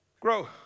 Grow